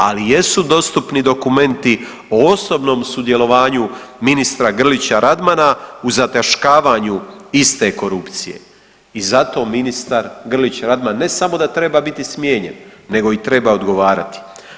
Ali jesu dostupni dokumenti o osobnom sudjelovanju ministra Grlića Radmana u zataškavanju iste korupcije i zato ministar Grlić Radman ne samo da treba biti smijenjen, nego i treba i odgovarati.